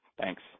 Thanks